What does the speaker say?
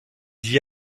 d’y